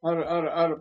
ar ar ar